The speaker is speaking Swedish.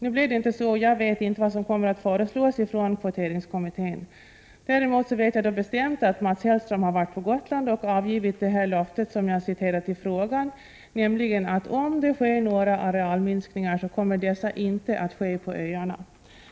Så blev det nu inte, och jag vet inte vad som kommer att föreslås från kvoteringskommittén. Däremot vet jag bestämt att Mats Hellström har varit på Gotland och avgivit det löfte som jag har citerat i frågan, nämligen att om det sker några arealminskningar så kommer dessa inte att ske på öarna.